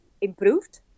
improved